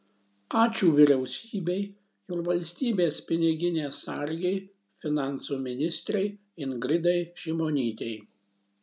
ačiū vyriausybei ir valstybės piniginės sargei finansų ministrei ingridai šimonytei